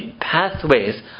pathways